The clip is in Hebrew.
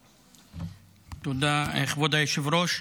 תודה, כבוד היושב-ראש.